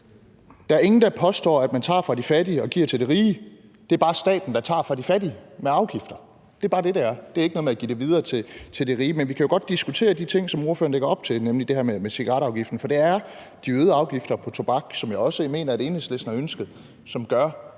påstår, at man tager fra de fattige og giver til de rige – det er bare staten, der tager fra de fattige gennem afgifter. Det er bare det, det er. Det er ikke noget med at give det videre til de rige. Men vi kan jo godt diskutere de ting, som ordføreren lægger op til, nemlig det her med cigaretafgiften, for det er de øgede afgifter på tobak, som jeg mener Enhedslisten også har ønsket, som gør,